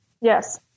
yes